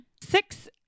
Six